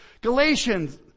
Galatians